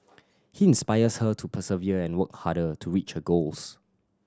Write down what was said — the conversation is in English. he inspires her to persevere and work harder to reach her goals